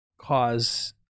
cause